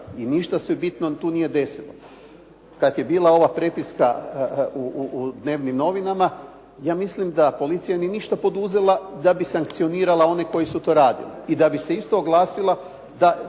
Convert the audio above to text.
i ništa se bitno tu nije desilo. Kad je bila ova prepiska u dnevnim novinama, ja mislim da policija nije ništa poduzela da bi sankcionirala one koji su to radili i da bi se isto oglasila da